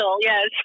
yes